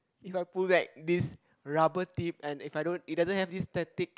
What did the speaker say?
if I pull back this rubber tip and if I don't it doesn't have this static